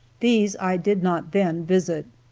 these i did not then visit.